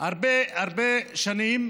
הרבה הרבה שנים,